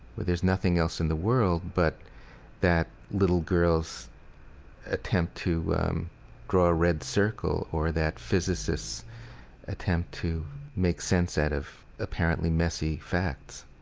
where there's nothing else in the world but that little girl's attempt to draw a red circle or that physicist's attempt to make sense out of apparently messy facts